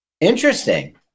Interesting